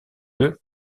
eux